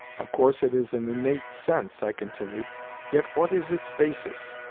of course it is an innate sense, i continued yet what is its basis?